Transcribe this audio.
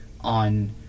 on